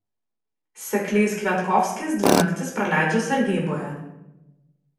seklys kviatkovskis dvi naktis praleidžia sargyboje